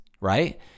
right